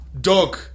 dog